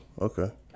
Okay